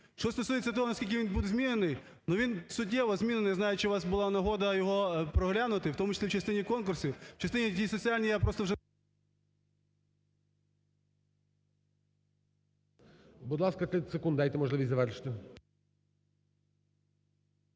Що стосується того, наскільки він буде змінений. Ну, він суттєво змінений. Не знаю, чи у вас була нагода його проглянути, в тому числі в частині конкурсів, в частині ……… я про сто вже…